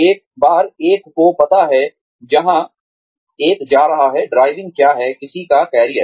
एक बार एक को पता है जहां एक जा रहा है ड्राइविंग क्या है किसी का कैरियर